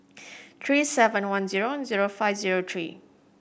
three seven one zero zero five zero three